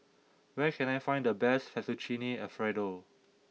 where can I find the best Fettuccine Alfredo